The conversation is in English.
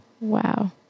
Wow